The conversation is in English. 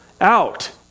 out